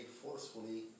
forcefully